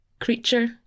Creature